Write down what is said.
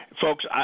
Folks